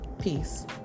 Peace